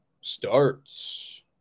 starts